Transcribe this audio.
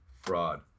fraud